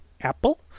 Apple